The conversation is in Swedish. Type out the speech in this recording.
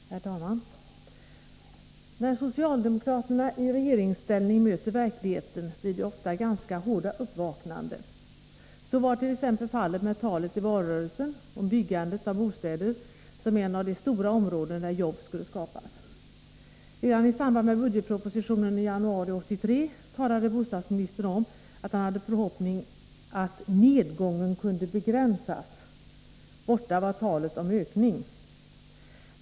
Herr talman! När socialdemokraterna i regeringsställning möter verkligheten blir det oftast ganska hårda uppvaknanden. Så var t.ex. fallet med talet i valrörelsen om byggandet av bostäder som en av de stora områden där jobb skulle skapas. Redan i samband med budgetpropositionen i januari 1983 talade bostadsministern om att han hade en förhoppning om att nedgången kunde begränsas. Borta var talet om ökning.